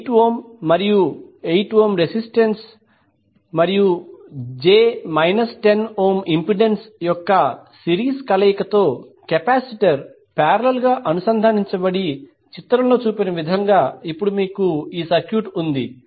8 ohm మరియు 8 ohm resistance మరియు j 10 ohm impedance యొక్క సిరీస్ కలయికతో కెపాసిటర్ పారలెల్ గా అనుసంధానించబడి చిత్రంలో చూపిన విధంగా ఇప్పుడు మీకు ఈ సర్క్యూట్ ఉంది